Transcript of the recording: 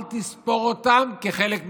אל תספור אותם כחלק ממך.